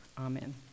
Amen